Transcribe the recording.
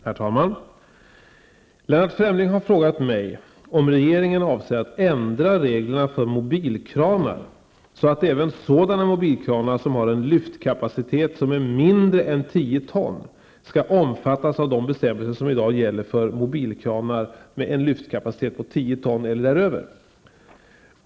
Herr talman! Lennart Fremling har frågat mig om regeringen avser att ändra reglerna för mobilkranar så att även sådana mobilkranar som har en lyftkapacitet som är mindre än 10 ton skall omfattas av de bestämmelser som i dag gäller för mobilkranar med en lyftkapacitet på 10 ton eller däröver.